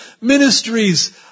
ministries